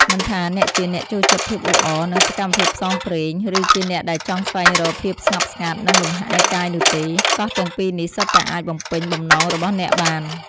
មិនថាអ្នកជាអ្នកចូលចិត្តភាពអ៊ូអរ និងសកម្មភាពផ្សងព្រេង ឬជាអ្នកដែលចង់ស្វែងរកភាពស្ងប់ស្ងាត់ និងលំហែរកាយនោះទេ កោះទាំងពីរនេះសុទ្ធតែអាចបំពេញបំណងរបស់អ្នកបាន។